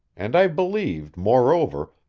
and i believed, moreover,